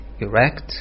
erect